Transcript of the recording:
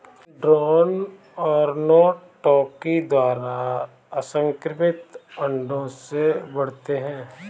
drone अर्नोटोकी द्वारा असंक्रमित अंडों से बढ़ते हैं